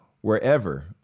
wherever